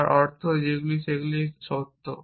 যার অর্থ হল সেগুলি মূলত সত্য